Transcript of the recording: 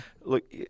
look